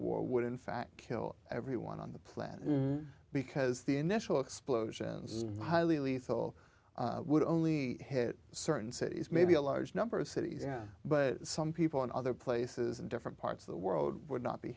war would in fact kill everyone on the planet because the initial explosions is highly lethal would only hit certain cities maybe a large number of cities yeah but some people in other places in different parts of the world would not be